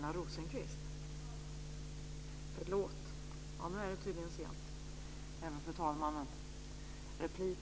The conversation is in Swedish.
Fru talman!